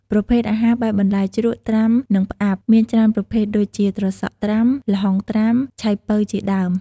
ប្រភេទអាហារបែបបន្លែជ្រក់ ត្រាំ និងផ្អាប់ មានច្រើនប្រភេទដូចជា ត្រសក់ត្រាំ ល្ហុងត្រាំ ឆៃពៅជាដើម។